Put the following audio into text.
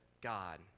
God